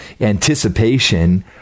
anticipation